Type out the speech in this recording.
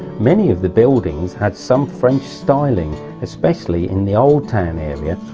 many of the buildings had some french styling, especially in the old town area,